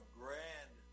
grand